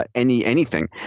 but any anything,